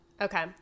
Okay